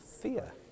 Fear